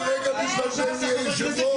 מי היושב-ראש?